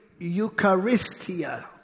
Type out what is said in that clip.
eucharistia